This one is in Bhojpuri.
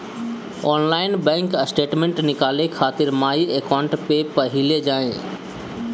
ऑनलाइन बैंक स्टेटमेंट निकाले खातिर माई अकाउंट पे पहिले जाए